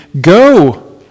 go